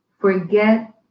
forget